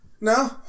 No